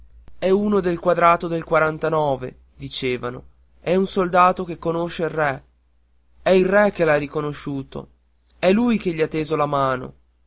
è uno del quadrato del dicevano è un soldato che conosce il re è il re che l'ha riconosciuto è lui che gli ha teso la mano